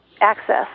access